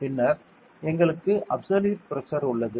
பின்னர் எங்களுக்கு absolute pressure உள்ளது